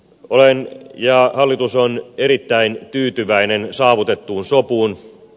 olen ja hallitus on erittäin tyytyväinen saavutettuun sopuun